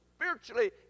spiritually